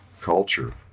culture